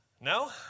No